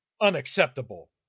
Unacceptable